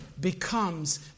becomes